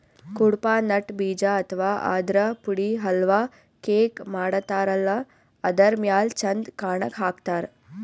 Cuddapah nut ಬೀಜ ಅಥವಾ ಆದ್ರ ಪುಡಿ ಹಲ್ವಾ, ಕೇಕ್ ಮಾಡತಾರಲ್ಲ ಅದರ್ ಮ್ಯಾಲ್ ಚಂದ್ ಕಾಣಕ್ಕ್ ಹಾಕ್ತಾರ್